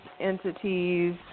entities